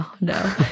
no